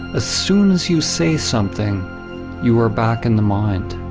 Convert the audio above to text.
ah soon as you say something you are back in the mind.